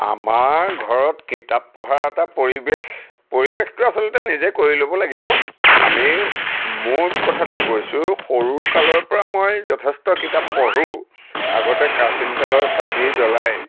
আমাৰ ঘৰত কিতাপ পঢ়াৰ এটা পৰিৱেশ পৰিৱেশটো আচলতে নিজে কৰি ল'ব লাগিব আমি মোৰ কথাটো কৈছোঁ সৰুৰ কালৰ পৰা মই যথেষ্ট কিতাপ পঢ়োঁ আগতে কেৰাচিন তেলৰ চাকি জ্বলাই